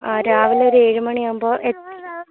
ആ രാവിലെ ഒരേഴുമണി ആവുമ്പോൾ